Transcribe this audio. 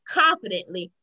confidently